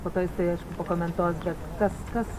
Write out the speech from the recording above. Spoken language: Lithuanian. po to jisai aišku pakomentuos bet kas kas